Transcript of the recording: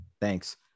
Thanks